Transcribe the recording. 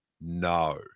no